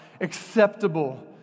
acceptable